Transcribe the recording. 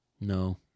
No